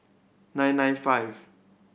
nine nine five